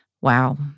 wow